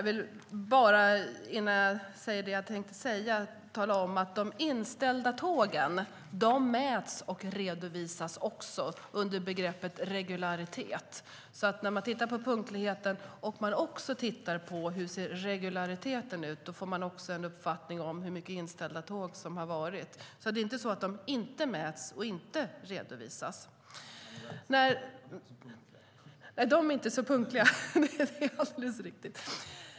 Herr talman! Innan jag säger det jag tänkte säga vill jag bara tala om att de inställda tågen också mäts och redovisas, under begreppet regularitet. När man tittar på punktligheten och också tittar på hur regulariteten ser ut får man en uppfattning om hur många inställda tåg det har varit. Det är alltså inte så att de inte mäts och inte redovisas.